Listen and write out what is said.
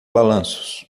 balanços